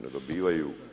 Ne dobivaju